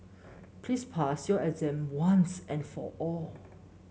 please pass your exam once and for all